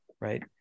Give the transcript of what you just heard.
right